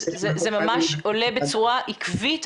זה ממש עולה בצורה עקבית,